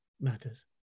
matters